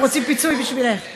תזכרי את זה כשאת אומרת שאין פרטנר.